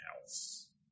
else